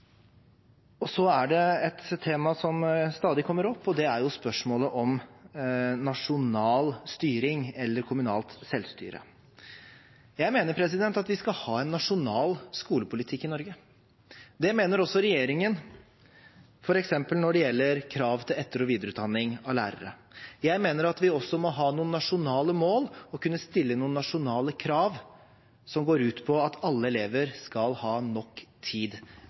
Så er det et tema som stadig kommer opp. Det er spørsmålet om nasjonal styring eller kommunalt selvstyre. Jeg mener at vi skal ha en nasjonal skolepolitikk i Norge. Det mener også regjeringen, f.eks. når det gjelder krav til etter- og videreutdanning av lærere. Jeg mener at vi også må ha noen nasjonale mål, og vi må kunne stille noen nasjonale krav som går ut på at alle elever skal ha nok tid